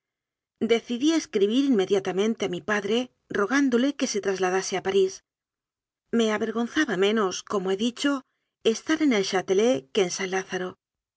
escribir inmediatamente a mi padre rogándole que se trasladase a parís me avergonzaba menos como he dicho estar en el chátelet que en san lázaro